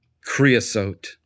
creosote